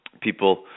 people